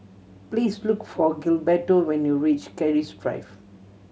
please look for Gilberto when you reach Keris Drive